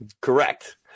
Correct